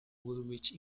woolwich